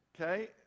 okay